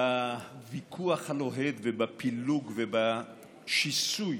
בוויכוח הלוהט, ובפילוג, ובשיסוי